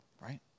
right